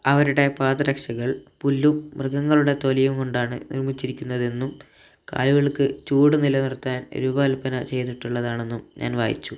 അവരുടെ പാദരക്ഷകൾ പുല്ലും മൃഗങ്ങളുടെ തൊലിയും കൊണ്ടാണ് നിർമ്മിച്ചിരിക്കുന്നതെന്നും കാലുകൾക്ക് ചൂട് നിലനിർത്താൻ രൂപകൽപ്പന ചെയ്തിട്ടുള്ളതാണെന്നും ഞാൻ വായിച്ചു